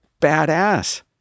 badass